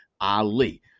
Ali